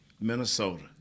Minnesota